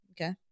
Okay